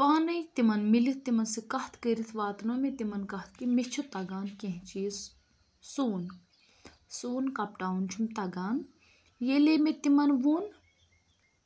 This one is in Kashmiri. پانٔے تِمَن مِلِتھ تِمَن سۭتۍ کَتھ کٔرِتھ واتنٲو مےٚ تِمَن کَتھ کہِ مےٚ چھُ تَگان کیٚنٛہہ چیٖز سُوُن سُوُن کَپٹاوُن چھُم تَگان ییٚلے مےٚ تِمَن ووٚن